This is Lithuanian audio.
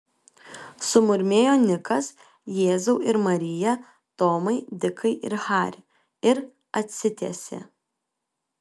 sumurmėjo nikas jėzau ir marija tomai dikai ir hari ir atsitiesė